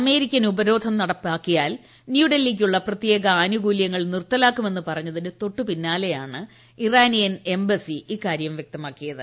American ഉപരോധം നടപ്പാക്കിയാൽ ന്യൂഡ്ൽഹിക്കുള്ള പ്രത്യേക ആനുകൂല്യങ്ങൾ നിർത്തലാക്കുമെന്ന് പറഞ്ഞതിനു തൊട്ടുപിന്നാലെയാണ് ഇറാനിയൻ എംബസി ഇക്കാര്യം വ്യക്തമാക്കിയത്